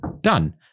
done